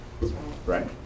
Right